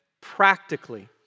practically